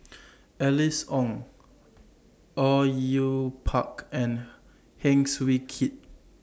Alice Ong Au Yue Pak and Heng Swee Keat